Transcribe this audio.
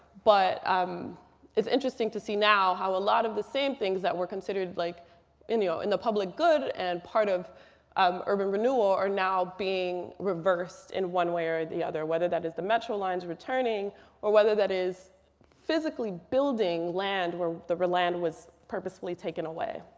but um it's interesting to see now how a lot of the same things that were considered like in the ah in the public good and part of um urban renewal are now being reversed in one way or the other, whether that is the metro lines returning or whether that is physically building land where the land was purposefully taken away.